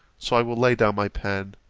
so i will lay down my pen